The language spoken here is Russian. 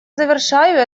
завершаю